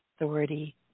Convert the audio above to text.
authority